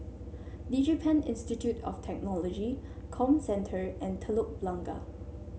DigiPen Institute of Technology Comcentre and Telok Blangah